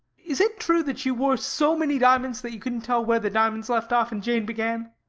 is it true that she wore so many diamonds that you couldn't tell where the diamonds left off and jane began?